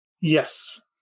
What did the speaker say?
Yes